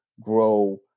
grow